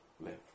live